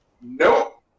Nope